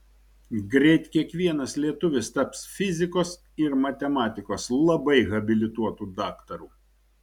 greit kiekvienas lietuvis taps fizikos ir matematikos labai habilituotu daktaru